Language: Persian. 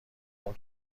اون